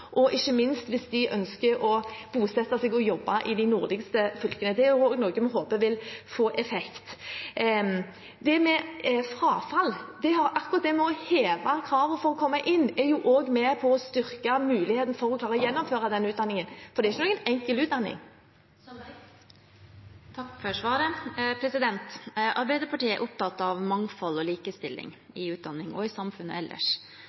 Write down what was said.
ikke minst hvis de ønsker å bosette seg og jobbe i de nordligste fylkene. Det er noe vi også håper vil få effekt. Når det gjelder frafall, er akkurat det med å heve kravene for å komme inn også med på å styrke muligheten for å kunne klare å gjennomføre den utdanningen – for det er ikke noen enkel utdanning. Takk for svaret. Arbeiderpartiet er opptatt av mangfold og likestilling i utdanning og i samfunnet ellers.